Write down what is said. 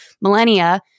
millennia